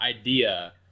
idea